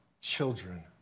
children